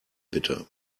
bitte